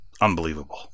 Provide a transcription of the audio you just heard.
unbelievable